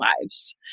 lives